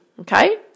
Okay